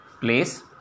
place